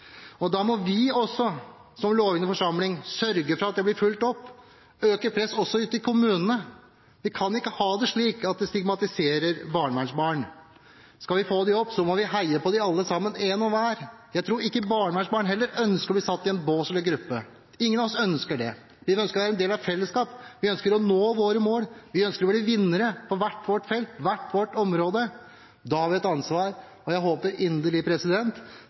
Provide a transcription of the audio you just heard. skolen. Da må også vi, som lovgivende forsamling, sørge for at det blir fulgt opp og øke presset også ute i kommunene. Vi kan ikke ha det slik at vi stigmatiserer barnevernsbarn. Skal vi få dem opp, må vi heie på dem, alle sammen, hver og en. Jeg tror heller ikke barnevernsbarn ønsker å bli satt i en bås eller i en gruppe. Ingen av oss ønsker det. Vi ønsker å være en del av fellesskapet. Vi ønsker å nå våre mål. Vi ønsker å bli vinnere på hvert vårt felt, på hvert vårt område. Da har vi et ansvar, og jeg håper inderlig